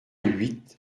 huit